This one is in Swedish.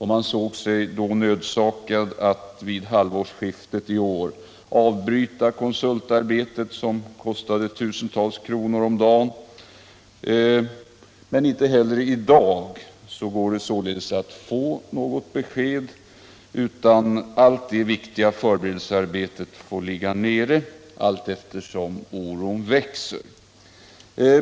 Man såg sig nödsakad att vid halvårsskiftet i år avbryta konsultarbetet, som kostade tusentals kronor om dagen. Inte heller i dag går det att få något besked, utan allt det viktiga förberedelsearbetet får ligga nere och oron växer.